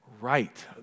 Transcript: right